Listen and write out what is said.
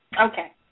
okay